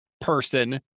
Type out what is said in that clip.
person